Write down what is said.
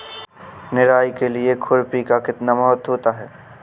निराई के लिए खुरपी का कितना महत्व होता है?